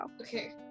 Okay